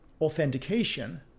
authentication